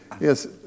yes